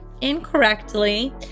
incorrectly